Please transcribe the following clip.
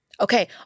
Okay